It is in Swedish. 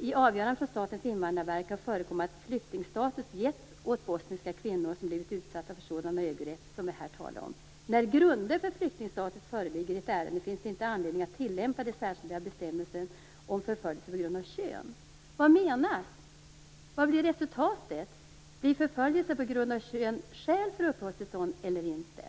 I avgöranden från Statens invandrarverk har förekommit att flyktingstatus getts åt bosniska kvinnor som blivit utsatta för sådana övergrepp som vi här talar om. När grunder för flyktingstatus föreligger i ett ärende finns det inte anledning att tillämpa den särskilda bestämmelsen om förföljelse på grund av kön. Vad menas? Vad blir resultatet? Blir förföljelse på grund av kön skäl för uppehållstillstånd eller inte?